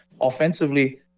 offensively